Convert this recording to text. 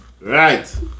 Right